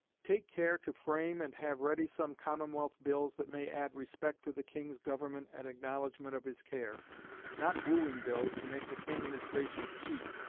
take care to frame and have ready some commonwealth bills, that may add respect to the king's government and acknowledgment of his care not wooing bills to make the king and his graces cheap,